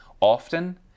often